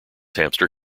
hamster